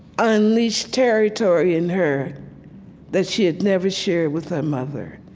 unleashed territory in her that she had never shared with her mother.